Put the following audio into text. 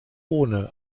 ohne